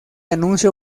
anuncio